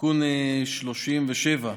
תיקון 37,